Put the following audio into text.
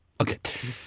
Okay